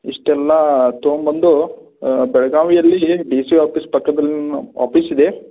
ಇಷ್ಟೆಲ್ಲ ತೊಗೊಂಬಂದು ಬೆಳ್ಗಾವಿಯಲ್ಲಿ ಡಿ ಸಿ ಆಫೀಸ್ ಪಕ್ಕದಲ್ಲಿ ನಮ್ಮ ಆಫೀಸ್ ಇದೆ